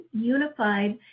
unified